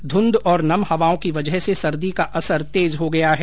ध्रंध और नम हवाओं की वजह से सर्दी का असर तेज हो गया है